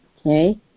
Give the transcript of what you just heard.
okay